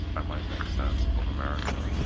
i might make sense of america.